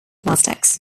plastics